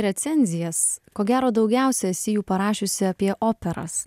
recenzijas ko gero daugiausia esi jų parašiusi apie operas